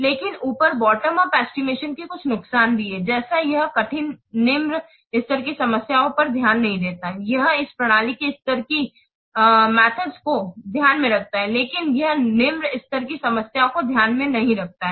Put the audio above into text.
लेकिन ऊपर bottom up estimation के कुछ नुकसान भी हैं जैसे यह कठिन निम्न स्तर की समस्याओं पर ध्यान नहीं देता है यह इस प्रणाली के स्तर की गतिमेथड को ध्यान में रखता है लेकिन यह निम्न स्तर की समस्याओं को ध्यान में नहीं रखता है